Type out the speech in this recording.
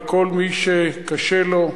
לכל מי שקשה לו.